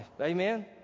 Amen